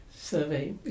Survey